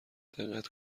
دقت